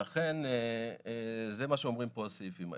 לכן זה מה שאומרים פה הסעיפים האלה.